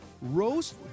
roast